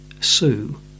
Sue